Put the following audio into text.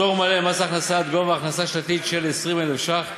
פטור מלא ממס הכנסה עד גובה הכנסה שנתית של 20,000 ש"ח,